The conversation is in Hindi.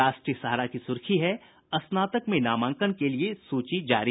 राष्ट्रीय सहारा सुर्खी है स्नातक में नामांकन के लिए सूची जारी